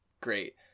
great